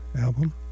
album